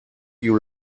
you